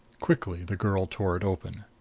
quickly the girl tore it open.